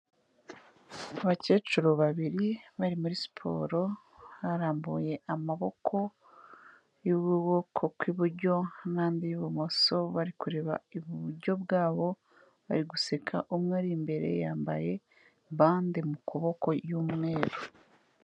Abakecuru babiri bari muri siporo barambuye amaboko, y'ukuboko kw'iburyo n'andi y'ibumoso bari kureba iburyo bwabo bari guseka umwe ari imbere yambaye bande ku kuboko y'umweru.